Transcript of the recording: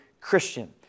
Christian